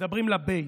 מדברים לבייס,